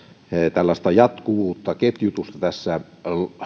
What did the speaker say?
tällaista jatkuvuutta ketjutusta näissä